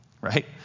Right